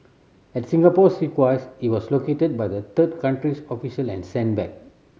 at Singapore's request he was located by the third country's official and sent back